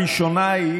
הראשונה היא